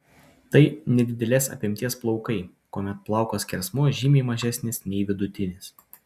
tai nedidelės apimties plaukai kuomet plauko skersmuo žymiai mažesnis nei vidutinis